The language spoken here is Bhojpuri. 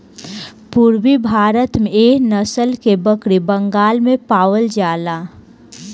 पूरबी भारत में एह नसल के बकरी बंगाल में पावल जाला